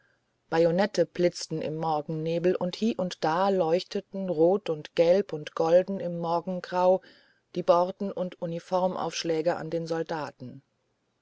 bajonette blitzten im morgennebel und hie und da leuchteten rot und gelb und golden im morgengrau die borten und uniformaufschläge an den soldaten